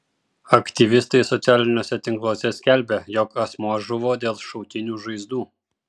aktyvistai socialiniuose tinkluose skelbia jog asmuo žuvo dėl šautinių žaizdų